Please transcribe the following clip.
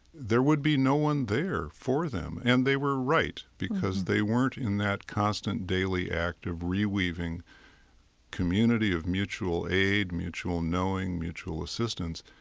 there would be no one there for them. and they were right, because they weren't in that constant daily act of reweaving community of mutual aid, mutual knowing, mutual assistance,